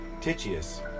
Titius